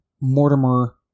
Mortimer